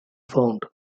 found